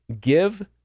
give